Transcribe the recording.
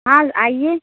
اور آئیے